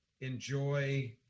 enjoy